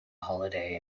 holiday